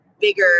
bigger